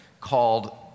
called